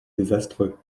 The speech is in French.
désastreux